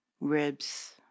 ribs